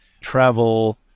travel